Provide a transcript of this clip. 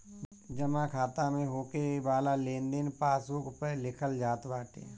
जमा खाता में होके वाला लेनदेन पासबुक पअ लिखल जात बाटे